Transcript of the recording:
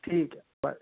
ठीक ऐ बाय